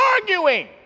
arguing